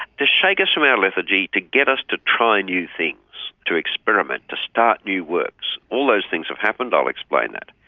to shake us from our lethargy, to get us to try new things, to experiment, to start new works. all those things have happened. i'll explain that.